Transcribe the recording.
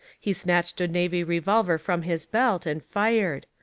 he snatched a navy revolver from his belt, and fired.